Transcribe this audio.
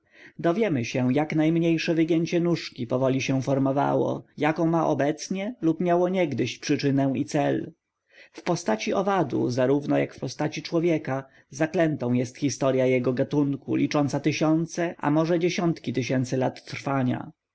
dowiemy się jak najmniejsze wygięcie nóżki powoli się formowało jaką ma obecnie lub miało niegdyś przyczynę i cel w postaci owadu zarówno jak w postaci człowieka zaklętą jest historya jego gatunku licząca tysiące a może dziesiątki tysięcy lat trwania